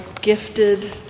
gifted